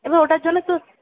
এবার ওটার জন্যে তো